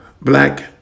black